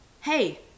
hey